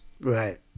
Right